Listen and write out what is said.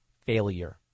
failure